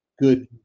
good